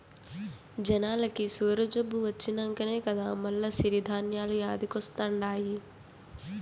జనాలకి సుగరు జబ్బు వచ్చినంకనే కదా మల్ల సిరి ధాన్యాలు యాదికొస్తండాయి